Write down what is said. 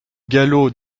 galop